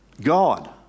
God